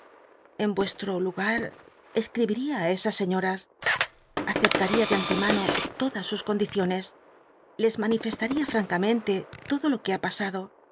en i'ucslro lugar escl'ibiri a ú esas sciíoms aceplaria de antemano todas sus condiciones les manifc taria f ancamenle l odo lo que ha pasado